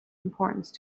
importance